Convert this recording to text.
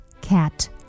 cat